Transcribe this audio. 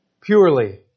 purely